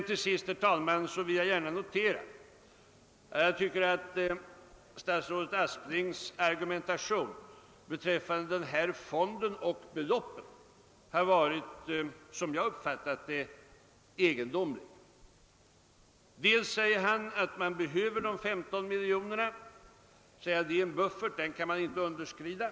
Till sist, herr talman, vill jag säga att jag tycker att statsrådet Asplings argumentation beträffande fonden och de ifrågavarande beloppen har varit — som jag uppfattat det — egendomlig. Först säger socialministern att man behöver de 15 miljonerna — han säger att det är en buffert och ett belopp som inte kan underskridas.